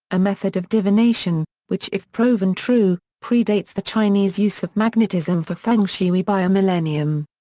a method of divination, which if proven true, predates the chinese use of magnetism for feng shui by a millennium.